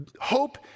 Hope